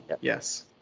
Yes